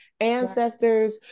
ancestors